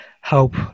help